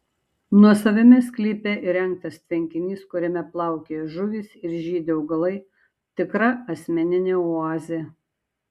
nuosavame sklype įrengtas tvenkinys kuriame plaukioja žuvys ir žydi augalai tikra asmeninė oazė